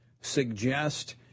suggest